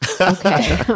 Okay